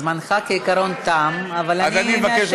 זמנך כעיקרון תם, אבל אני מאפשרת משפט סיום.